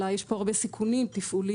יש פה הרבה סיכונים תפעוליים,